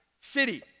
city